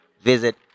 visit